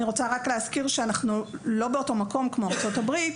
אבל אנחנו לא באותו מקום כמו ארצות הברית.